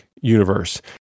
universe